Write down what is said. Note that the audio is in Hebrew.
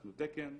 פתחנו תקן,